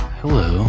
hello